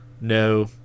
No